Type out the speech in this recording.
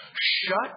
shut